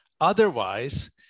otherwise